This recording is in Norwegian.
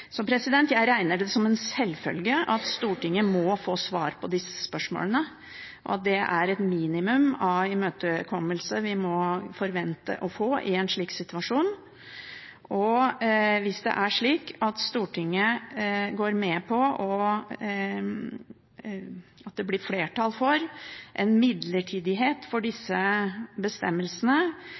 Jeg regner det som en selvfølge at Stortinget må få svar på disse spørsmålene – at det er et minimum av imøtekommenhet vi må forvente i en slik situasjon. Hvis det er slik at det blir flertall i Stortinget for en midlertidighet for disse bestemmelsene,